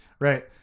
right